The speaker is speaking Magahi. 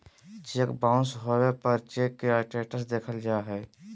चेक बाउंस होबे पर चेक के स्टेटस देखल जा हइ